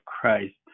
Christ